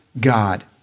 God